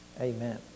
amen